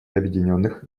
объединенных